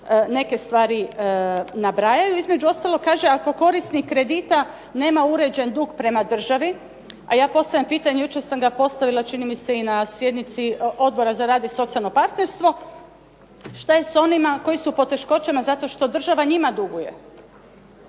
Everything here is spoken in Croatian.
neke stvari nabrajaju, između ostalog kaže ako korisnik kredita nema uređen dug prema državi, a ja postavljam pitanje, jučer sam ga postavila čini mi se i na sjednici Odbora za rad i socijalno partnerstvo šta je s onima koji su u poteškoćama zato što država njima duguje?